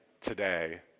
today